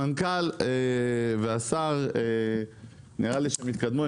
המנכ"ל והשר, נראה לי שהם התקדמו.